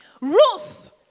Ruth